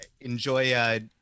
enjoy